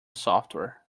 software